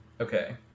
Okay